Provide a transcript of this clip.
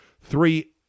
three